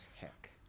heck